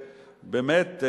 באמת,